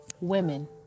Women